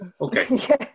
Okay